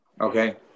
Okay